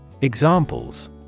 examples